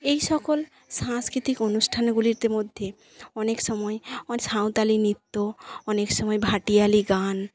এই সকল সাংস্কৃতিক অনুষ্ঠানগুলিতে মধ্যে অনেক সময় সাঁওতালি নৃত্য অনেক সময় ভাটিয়ালি গান